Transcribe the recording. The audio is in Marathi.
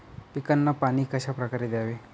पिकांना पाणी कशाप्रकारे द्यावे?